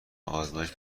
آزمایش